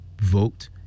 vote